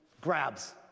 grabs